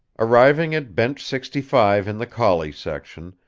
arriving at bench sixty five in the collie section,